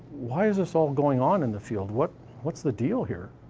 why is this all going on in the field? what's what's the deal here?